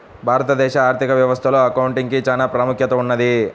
భారతదేశ ఆర్ధిక వ్యవస్థలో అకౌంటింగ్ కి చానా ప్రాముఖ్యత ఉన్నది